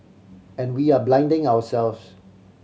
and we are blinding ourselves